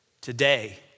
Today